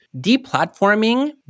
deplatforming